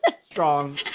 Strong